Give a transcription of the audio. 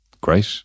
great